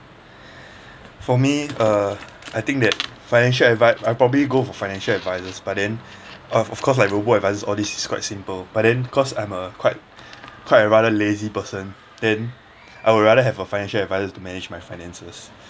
for me uh I think that financial advi~ I probably go for financial advisors but then of of course like robo-advisors all this is quite simple but then cause I'm a quite quite a rather lazy person then I would rather have a financial advisor to manage my finances